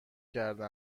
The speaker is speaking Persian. کرده